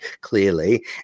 Clearly